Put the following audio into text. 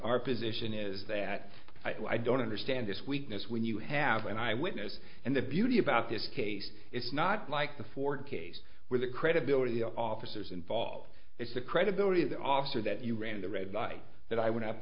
our position is that i don't understand this weakness when you have an eyewitness and the beauty about this case it's not like the ford case where the credibility of officers involved it's the credibility of the officer that you ran the red light that i went